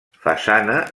façana